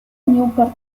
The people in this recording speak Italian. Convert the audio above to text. newport